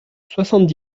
soixante